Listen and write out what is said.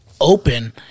open